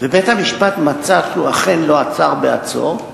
ובית-המשפט מצא שהוא אכן לא עצר ב"עצור",